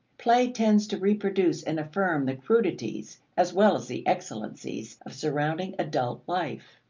play tends to reproduce and affirm the crudities, as well as the excellencies, of surrounding adult life.